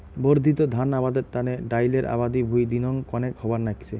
বর্ধিত ধান আবাদের তানে ডাইলের আবাদি ভুঁই দিনং কণেক হবার নাইগচে